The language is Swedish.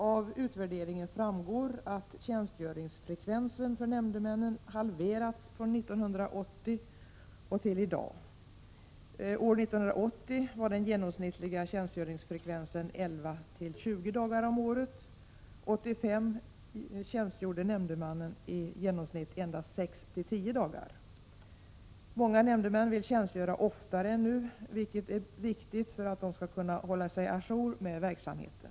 Av utvärderingen framgår att tjänstgöringsfrekvensen för nämndemännen halverats från 1980 och till i dag. År 1980 var den genomsnittliga tjänstgöringsfrekvensen 11-20 dagar om året, och år 1985 tjänstgjorde nämndemännen i genomsnitt endast 6-10 dagar. Många nämndemän vill tjänstgöra oftare än nu, vilket är viktigt för att de skall kunna hålla sig å jour med verksamheten.